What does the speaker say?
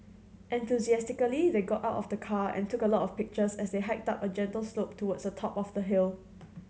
enthusiastically they got out of the car and took a lot of pictures as they hiked up a gentle slope towards the top of the hill